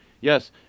Yes